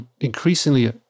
increasingly